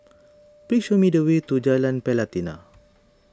please show me the way to Jalan Pelatina